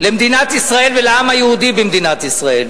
למדינת ישראל ולעם היהודי במדינת ישראל,